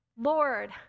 Lord